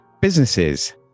Businesses